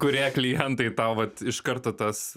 kurie klientai tau vat iš karto tas